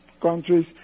countries